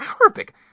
Arabic